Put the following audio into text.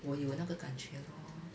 我有那个感觉 lor